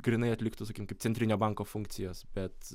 grynai atliktų sakykim kaip centrinio banko funkcijas bet